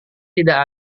tidak